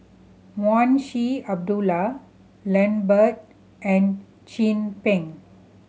Munshi Abdullah Lambert and Chin Peng